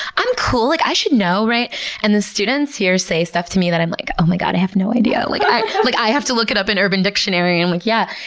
i'm cool. like i should know, and the students here say stuff to me that i'm like, oh my god, i have no idea. like i have like i have to look it up in urban dictionary. i'm like, yeah.